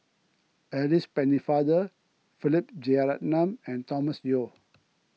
Alice Pennefather Philip Jeyaretnam and Thomas Yeo